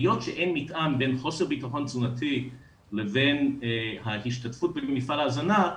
היות שאין מתאם בין חוסר בטחון תזונתי לבין ההשתתפות במפעל ההזנה,